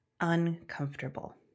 uncomfortable